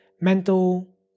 mental